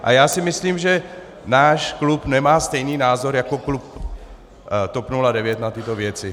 A já si myslím, že náš klub nemá stejný názor jako klub TOP 09 na tyto věci.